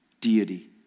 deity